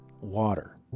water